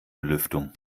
belüftung